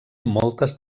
moltes